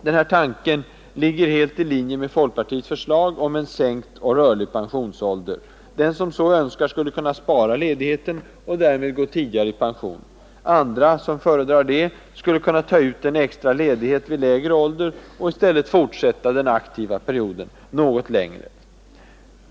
Den här tanken ligger helt i linje med folkpartiets förslag om en sänkt och rörlig pensionsålder. Den som så önskar skulle kunna spara ledigheten och därmed gå tidigare i pension. Andra, som föredrar det, skulle kunna ta ut en extra ledighet vid lägre ålder och i stället fortsätta den aktiva perioden något längre.